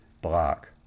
block